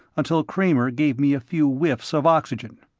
until kramer gave me a few whiffs of oxygen.